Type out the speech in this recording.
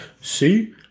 see